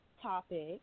topic